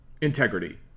integrity